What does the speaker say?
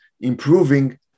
improving